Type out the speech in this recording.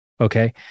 okay